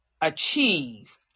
achieve